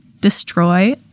destroy